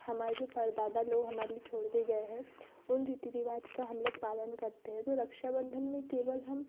हमारे जो परदादा लोग हमारे लिए छोड़कर के गए हैं उन रीति रिवाज़ का हम लोग पालन करते हैं तो रक्षाबंधन में केवल हम